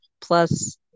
plus